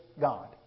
God